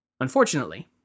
Unfortunately